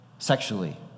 sexually